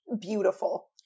beautiful